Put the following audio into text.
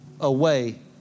away